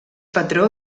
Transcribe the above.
patró